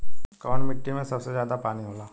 कौन मिट्टी मे सबसे ज्यादा पानी होला?